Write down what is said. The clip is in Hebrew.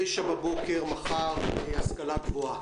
יתקיים ב-9:00 בנושא השכלה גבוהה.